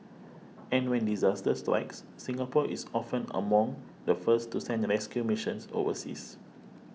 and when disaster strikes Singapore is often among the first to send rescue missions overseas